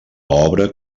obra